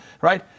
right